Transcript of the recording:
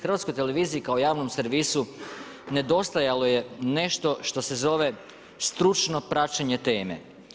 Hrvatskoj televiziji kao javnom servisu nedostajalo je nešto što se zove stručno praćenje teme.